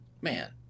man